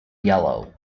yellow